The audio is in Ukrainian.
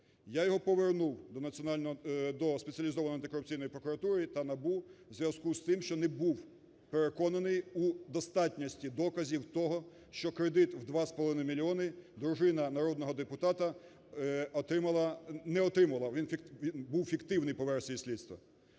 Я його повернув до Спеціальної антикорупційної прокуратури та НАБУ у зв'язку з тим, що не був переконаний у достатності доказів того, що кредит в 2,5 мільйони дружина народного депутата отримала… не отримувала, він був фіктивний по версії слідства.